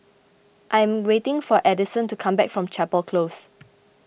I am waiting for Adyson to come back from Chapel Close